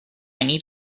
need